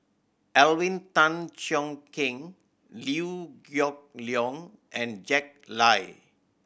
Alvin Tan Cheong Kheng Liew Geok Leong and Jack Lai